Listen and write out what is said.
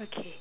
okay